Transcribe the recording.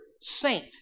saint